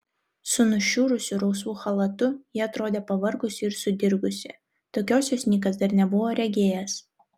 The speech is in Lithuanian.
su nušiurusiu rausvu chalatu ji atrodė pavargusi ir sudirgusi tokios jos nikas dar nebuvo regėjęs